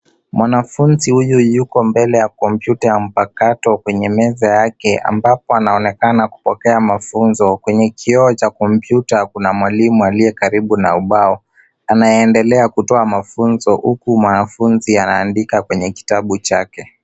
Mwanafunzi huyu yuko mbele ya kompyuta ya mpakato kwenye meza yake ambapo anaonekana kupokea mafunzo. Kwenye kioo cha kompyuta kuna mwalimu aliye karibu na ubao. Anaendelea kutoa mafunzo huku mwanafunzi anaandika kwenye kitabu chake.